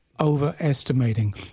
Overestimating